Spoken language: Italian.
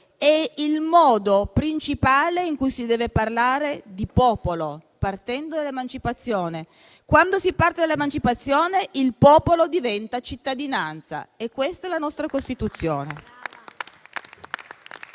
è il modo principale in cui si deve parlare di popolo. Quando si parte dall'emancipazione, il popolo diventa cittadinanza e questa è la nostra Costituzione.